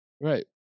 Right